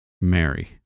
Mary